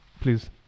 please